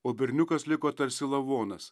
o berniukas liko tarsi lavonas